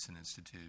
Institute